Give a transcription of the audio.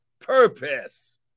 purpose